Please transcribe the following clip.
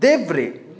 देब्रे